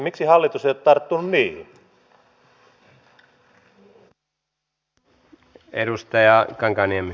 miksi hallitus ei ole tarttunut siihen